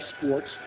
sports